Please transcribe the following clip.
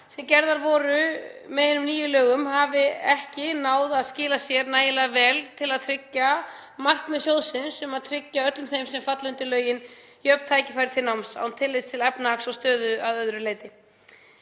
sem gerðar voru með hinum nýju lögum hafi ekki náð að skila sér nægilega vel til að tryggja markmið sjóðsins um að tryggja öllum þeim sem falla undir lögin jöfn tækifæri til náms án tillits til efnahags og stöðu að öðru leyti,